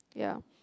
yeah